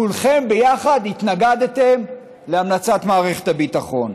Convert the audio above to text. כולם יחד התנגדתם להמלצת מערכת הביטחון.